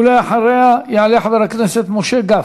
ואחריה יעלה חבר הכנסת משה גפני.